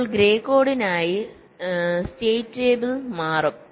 ഇപ്പോൾ ഗ്രേ കോഡിനായി state table മാറും